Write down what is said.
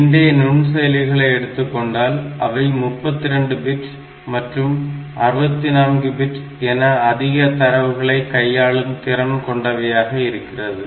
இன்றைய நுண்செயலிகளை எடுத்துக்கொண்டால் அவை 32 பிட் மற்றும் 64 பிட் என அதிக தரவுகளை கையாளும் திறன் கொண்டவையாக இருக்கிறது